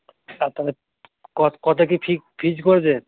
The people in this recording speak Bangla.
কত কী ফি ফিজ করেছে